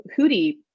hootie